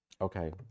Okay